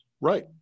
Right